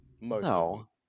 No